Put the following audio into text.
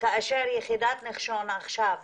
כאשר יחידת נחשון עכשיו